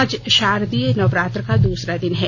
आज शारदीय नवरात्र का दूसरा दिन है